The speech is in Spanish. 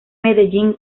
medellín